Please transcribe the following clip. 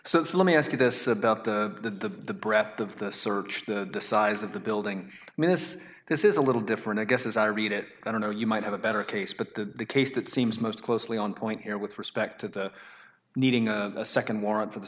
it's let me ask you this about the breath of the search the size of the building i mean this this is a little different i guess as i read it i don't know you might have a better case but the case that seems most closely on point here with respect to needing a second warrant for the